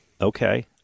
Okay